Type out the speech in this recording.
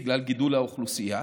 בגלל גידול האוכלוסייה,